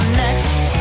next